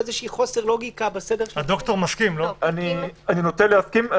אני נוטה להסכים.